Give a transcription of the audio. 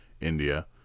India